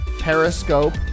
Periscope